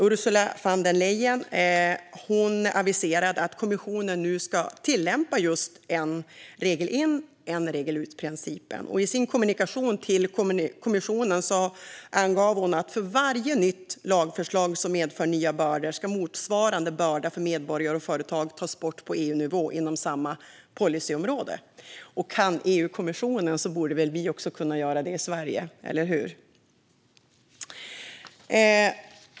Ursula von der Leyen aviserar att kommissionen nu ska tillämpa just en-regel-in-en-regel-ut-principen. I sin kommunikation till kommissionen angav hon att för varje nytt lagförslag som medför nya bördor ska motsvarande börda för medborgare och företag tas bort på EU-nivå inom samma policyområde. Och kan EU-kommissionen göra det borde väl vi också kunna göra det i Sverige - eller hur?